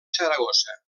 saragossa